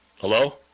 Hello